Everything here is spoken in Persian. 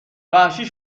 وحشی